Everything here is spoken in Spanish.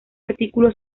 artículo